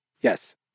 Yes